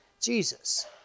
Jesus